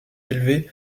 élevé